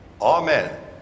Amen